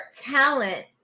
talent